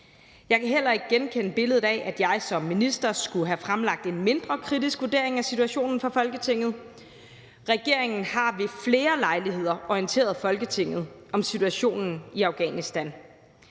Jeg kan heller ikke genkende billedet af, at jeg som minister skulle have fremlagt en mindre kritisk vurdering af situationen for Folketinget. Regeringen har ved flere lejligheder orienteret Folketinget om situationen i Afghanistan.